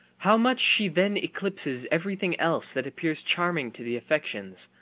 how much she then eclipses everything else that appears charming to the affections,